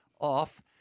off